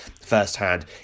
firsthand